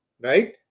right